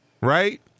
right